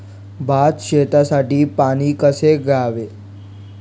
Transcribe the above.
भात शेतीसाठी पाणी कसे द्यावे?